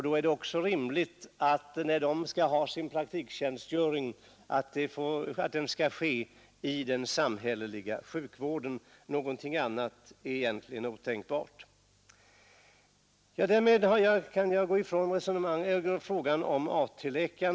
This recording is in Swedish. Då är det också rimligt att deras praktiktjänstgöring sker i den samhälleliga sjukvården. Någonting annat är otänkbart. Därmed kan jag lämna frågan om AT-läkarna.